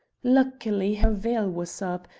luckily her veil was up,